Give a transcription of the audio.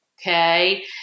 Okay